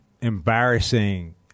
embarrassing